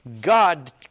God